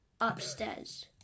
upstairs